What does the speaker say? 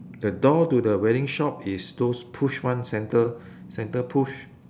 the door to the wedding shop is those push one centre centre push